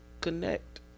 connect